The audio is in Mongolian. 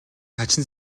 хачин